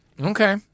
Okay